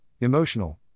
emotional